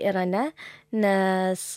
irane nes